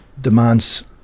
demands